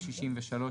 סעיף 63,